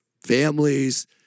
families